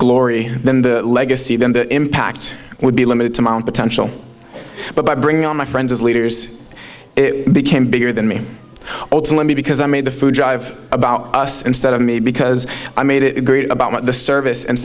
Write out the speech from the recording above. glory then the legacy then the impact would be limited to my own potential but by bringing on my friends as leaders it became bigger than me also let me because i made the food drive about us instead of me because i made it great about the service and